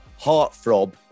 heartthrob